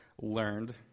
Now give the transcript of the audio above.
learned